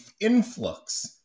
influx